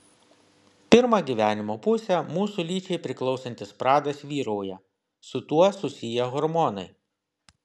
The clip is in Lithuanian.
pirmą gyvenimo pusę mūsų lyčiai priklausantis pradas vyrauja su tuo susiję hormonai